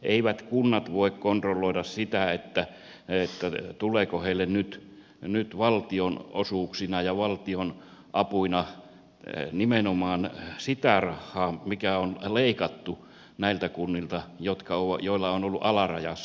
eivät kunnat voi kontrolloida sitä tuleeko heille nyt valtionosuuksina ja valtionapuina nimenomaan sitä rahaa mikä on leikattu näiltä kunnilta joilla on ollut alarajassa kiinteistöveroprosentti